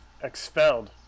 expelled